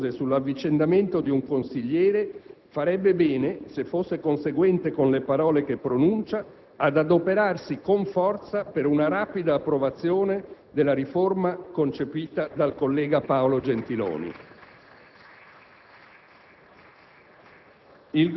Chi leva critiche pretestuose sull'avvicendamento di un consigliere farebbe bene, se fosse conseguente con le parole che pronuncia, ad adoperarsi con forza per una rapida approvazione della riforma concepita dal collega Paolo Gentiloni.